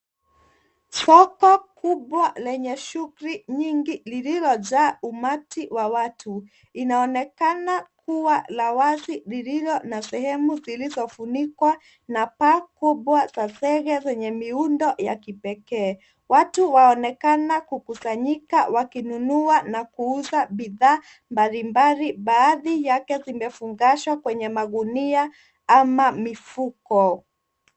Soko kubwa lenye shughuli nyingi lililojaa umati wa watu. Inaonekana kuwa la wazi lililo na sehemu zilizofunikwa na paa kubwa za zege zenye miundo ya kipekee. Watu waonekana kukusanyika wakinunua na kuuza bidhaa mbalimbali, baadhi yake zimefungashwa kwenye magunia ama mifuko.